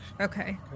okay